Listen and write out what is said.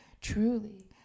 Truly